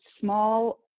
small